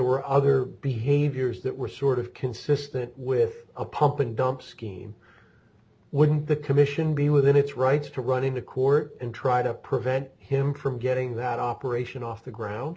were other behaviors that were sort of consistent with a pump and dump scheme wouldn't the commission be within its rights to running the court and try to prevent him from getting that operation off the ground